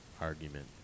argument